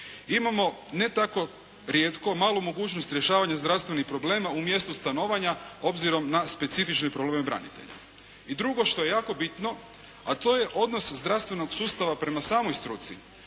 imamo ne tako rijetko malu mogućnost rješavanja zdravstvenih problema u mjestu stanovanja obzirom na specifični problem branitelja. I drugo, što je jako bitno, a to je odnos zdravstvenog sustava prema samoj struci.